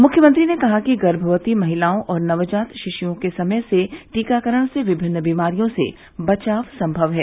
मुख्यमंत्री ने कहा कि गर्मवती महिलाओं और नवजात शिश्ओं के समय से टीकाकरण से विभिन्न बीमारियों से बचाव संभव है